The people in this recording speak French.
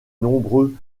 nombreux